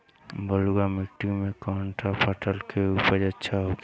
बलुआ मिट्टी में कौन सा फसल के उपज अच्छा होखी?